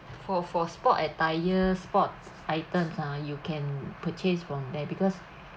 for for sports attires sports items ah you can purchase from there because